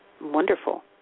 wonderful